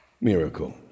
miracle